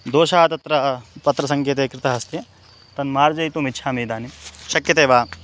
दोषः तत्र पत्रसङ्केते कृतः अस्ति तन्मार्जयितुम् इच्छामि इदानीं शक्यते वा